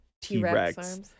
T-Rex